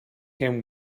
him